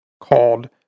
called